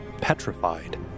petrified